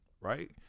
right